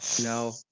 No